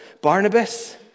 Barnabas